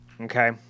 Okay